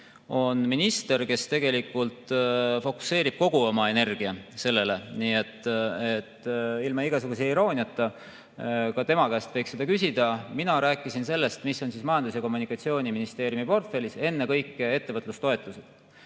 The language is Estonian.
on minister, kes fokuseerib kogu oma energia sellele – ilma igasuguse irooniata –, ka tema käest võiks seda küsida. Mina rääkisin sellest, mis on Majandus- ja Kommunikatsiooniministeeriumi portfellis, ennekõike ettevõtlustoetustest.